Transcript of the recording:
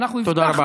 תודה רבה.